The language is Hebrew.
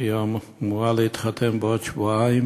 שפצועה קשה, והיא אמורה להתחתן בעוד שבועיים,